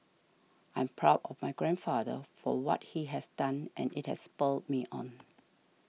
I am proud of my grandfather for what he has done and it has spurred me on